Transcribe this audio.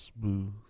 smooth